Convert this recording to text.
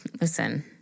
Listen